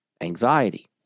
anxiety